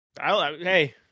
Hey